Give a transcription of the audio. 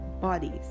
bodies